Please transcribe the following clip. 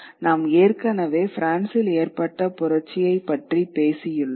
நாம் ஏற்கனவே பிரான்சில் ஏற்பட்ட புரட்சியைப் பற்றிப் பேசியுள்ளோம்